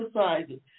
exercises